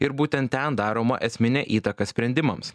ir būtent ten daroma esminė įtaka sprendimams